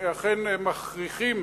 שאכן מכריחים